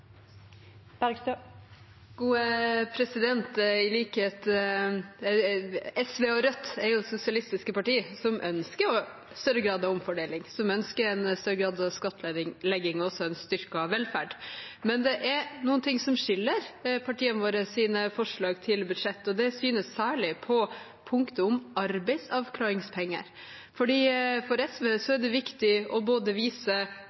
gode formuleringene som ligger i Hurdalsplattformen. SV og Rødt er sosialistiske partier som ønsker en større grad av omfordeling, og som ønsker en større grad av skattlegging og en styrket velferd. Men det er noe som skiller våre partiers forslag til budsjett, og det synes særlig på punktet om arbeidsavklaringspenger. For SV er det viktig å vise